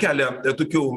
kelia tokių